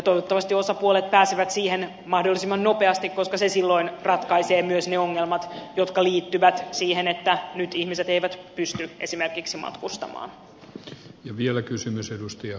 toivottavasti osapuolet pääsevät siihen mahdollisimman nopeasti koska se silloin ratkaisee myös ne ongelmat jotka liittyvät siihen että nyt ihmiset eivät pysty esimerkiksi matkustamaan